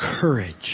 courage